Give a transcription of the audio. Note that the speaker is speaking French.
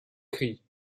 cri